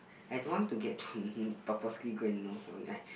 I don't want to get purposely go and know someone